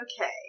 Okay